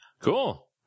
cool